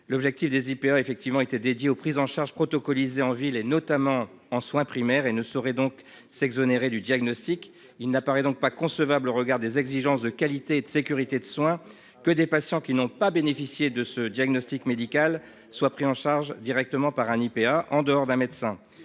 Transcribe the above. L'objectif des IPA effectivement été dédié aux prises en charge protocole Izé en ville et notamment en soins primaires et ne saurait donc s'exonérer du diagnostic il n'apparaît donc pas concevable au regard des exigences de qualité et de sécurité de soins que des patients qui n'ont pas bénéficié de ce diagnostic médical soit pris en charge directement par un IPA en dehors d'un médecin